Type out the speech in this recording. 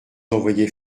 envoyait